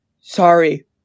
Sorry